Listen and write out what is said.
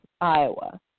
Iowa